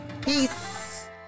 Peace